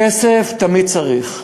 כסף תמיד צריך,